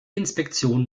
inspektion